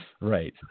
Right